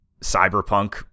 Cyberpunk